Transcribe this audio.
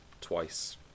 twice